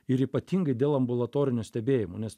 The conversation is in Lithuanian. ir ypatingai dėl ambulatorinio stebėjimo nes